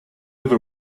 ever